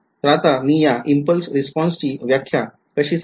तर आता मी या इम्पल्स रिस्पॉन्सची व्याख्या कशी सांगणार